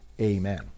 amen